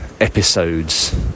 episodes